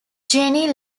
jenny